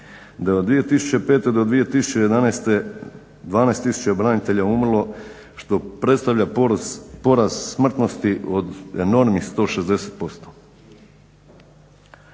Da je od 2005. do 2011. 12 tisuća branitelja umrlo što predstavlja porast smrtnosti od enormnih 160%.